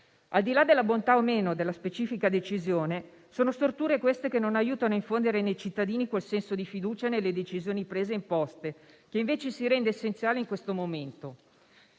Al di là della bontà o meno della specifica decisione, sono storture queste che non aiutano ad infondere nei cittadini quel senso di fiducia nelle decisioni prese e imposte, che invece si rende essenziale in questo momento.